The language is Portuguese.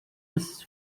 esses